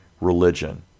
religion